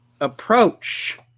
approach